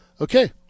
okay